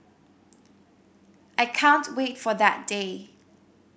I can't wait for that day